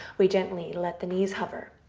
we gently let the knees hover.